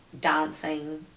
dancing